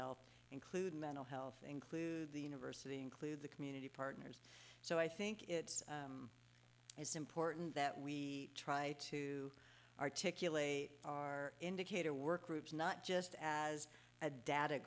health including mental health include the university include the community partners so i think it's as important that we try to articulate our indicator work groups not just as a data